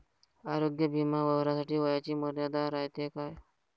आरोग्य बिमा भरासाठी वयाची मर्यादा रायते काय?